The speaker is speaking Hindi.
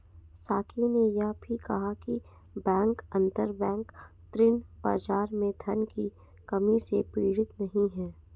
साकी ने यह भी कहा कि बैंक अंतरबैंक ऋण बाजार में धन की कमी से पीड़ित नहीं हैं